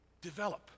develop